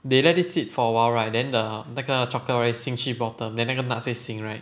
they let it sit for a while right then the 那个 chocolate right sink 去 bottom then 那个 nuts 会 sink right